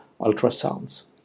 ultrasounds